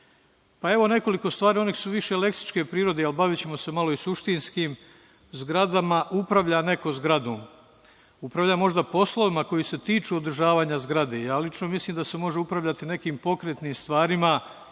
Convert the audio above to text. nekoliko stvari koje su više leksičke prirode, ali bavićemo se malo i suštinskim. Upravlja neko zgradom? Upravlja možda poslovima koji se tiču održavanja zgrade. Ja lično mislim da se može upravljati nekim pokretnim stvarima